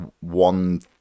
one